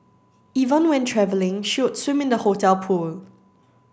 even when travelling she would swim in the hotel pool